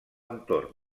entorn